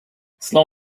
slow